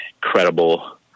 credible